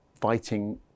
fighting